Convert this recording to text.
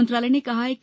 मंत्रालय ने कहा है कि